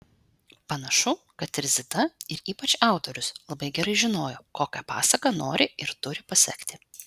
panašu kad ir zita ir ypač autorius labai gerai žinojo kokią pasaką nori ir turi pasekti